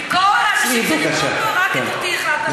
מכל האנשים, רק אותי החלטת להוציא.